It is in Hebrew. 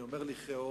אני אומר לכאורה,